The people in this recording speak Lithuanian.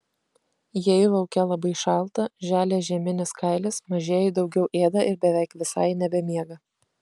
jei lauke labai šalta želia žieminis kailis mažieji daugiau ėda ir beveik visai nebemiega